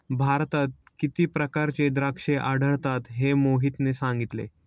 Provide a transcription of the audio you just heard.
भारतात किती प्रकारची द्राक्षे आढळतात हे मोहितने सांगितले